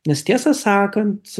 nes tiesą sakant